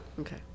Okay